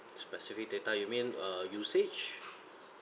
specific data you mean err usage